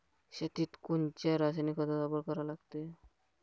शेतीत कोनच्या रासायनिक खताचा वापर करा लागते?